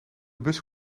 bus